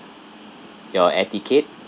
your air ticket